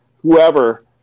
whoever